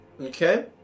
Okay